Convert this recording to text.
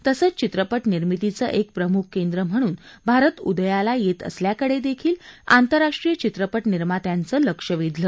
तसंच चित्रपट निर्मीतीचं एक प्रमुख केंद्र म्हणून भारत उदयाला येत असल्याकडे देखील आंतरराष्ट्रीय चित्रपट निर्मात्यांचं लक्ष वेधलं